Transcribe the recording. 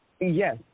yes